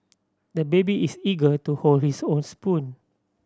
the baby is eager to hold his own spoon